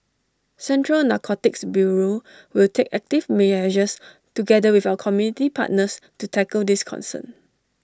central narcotics bureau will take active measures together with our community partners to tackle this concern